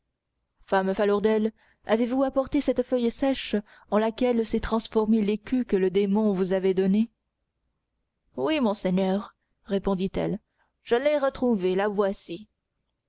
femme falourdel avez-vous apporté cette feuille sèche en laquelle s'est transformé l'écu que le démon vous avait donné oui monseigneur répondit-elle je l'ai retrouvée la voici